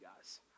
guys